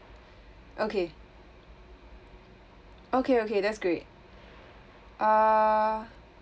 okay okay okay that's great uh